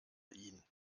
ihn